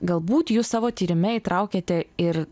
galbūt jūs savo tyrime įtraukėte ir